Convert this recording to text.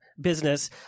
business